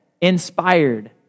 Inspired